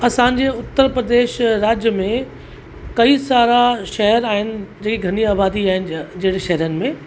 असांजे उत्तर प्रदेश राज्य में कई सारा शहर आहिनि जेकी घनी आबादी आहिनि ज जहिड़े शहिरनि में